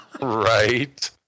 Right